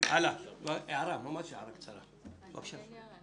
אני אוריה ואני